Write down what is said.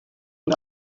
ihn